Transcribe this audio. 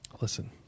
listen